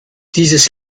dieses